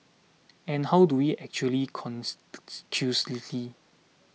and how do we actually conclusively